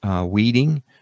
weeding